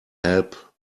help